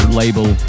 label